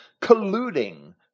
colluding